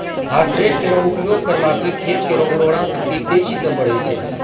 phosphate केरो उपयोग करला सें खेत केरो उर्वरा शक्ति तेजी सें बढ़ै छै